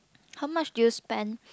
how much did you spend